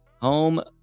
home